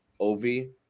Ovi